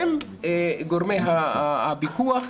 עם גורמי הפיקוח.